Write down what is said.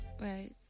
Right